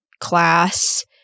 class